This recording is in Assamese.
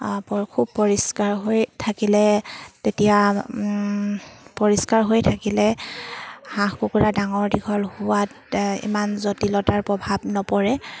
খুব পৰিষ্কাৰ হৈ থাকিলে তেতিয়া পৰিষ্কাৰ হৈ থাকিলে হাঁহ কুকুৰা ডাঙৰ দীঘল হোৱাত ইমান জটিলতাৰ প্ৰভাৱ নপৰে